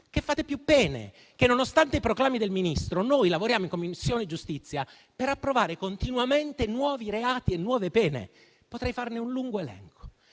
reati e più pene, che nonostante i proclami del Ministro, noi lavoriamo in Commissione giustizia per approvare continuamente nuovi reati e nuove pene. Potrei fare un lungo elenco.